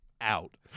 out